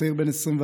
צעיר בין 24,